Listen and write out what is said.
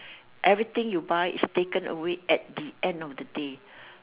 everything you buy is taken away at the end of the day